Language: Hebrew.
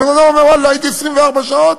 בן-אדם אומר: ואללה, הייתי 24 שעות,